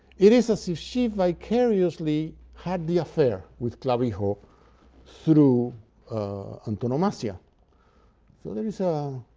it is as if she vicariously had the affair with clavijo through antonomasia so there is a